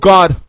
God